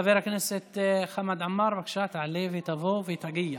חבר הכנסת חמד עמאר, בבקשה, תעלה ותבוא ותגיע.